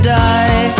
die